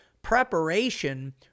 Preparation